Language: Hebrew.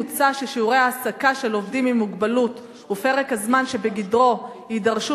מוצע ששיעורי ההעסקה של עובדים עם מוגבלות ופרק הזמן שבגדרו יידרשו